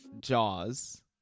Jaws